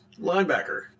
linebacker